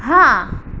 હા